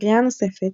לקריאה נוספת